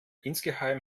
insgeheim